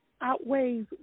outweighs